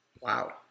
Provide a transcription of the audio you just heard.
Wow